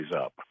up